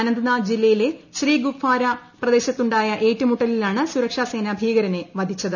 അനന്ത്നാഗ് ജില്ലയിലെ ശ്രീഗുഫ്വാര പ്രദേശത്തുണ്ടായ ഏറ്റുമുട്ടലിലാണ് സുരക്ഷാ സേന ഭീകരനെ വധിച്ചത്